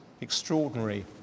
Extraordinary